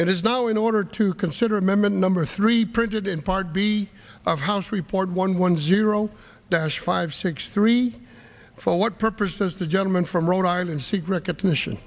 it is now in order to consider him a number three printed in part b of house report one one zero dollars five six three for what purpose does the gentleman from rhode island seek recognition